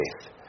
faith